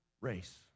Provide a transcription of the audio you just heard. race